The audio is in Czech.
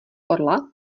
orla